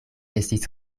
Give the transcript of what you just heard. estis